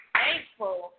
thankful